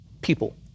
people